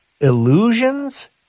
Illusions